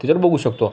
त्याच्यावर बघू शकतो